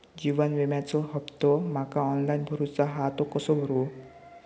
जीवन विम्याचो हफ्तो माका ऑनलाइन भरूचो हा तो कसो भरू?